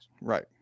Right